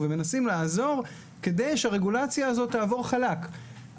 ומנסים לעזור כדי שהרגולציה הזאת תעבור חלק.